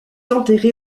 enterré